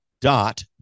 dot